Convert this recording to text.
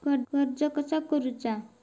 कर्ज कसा करूचा?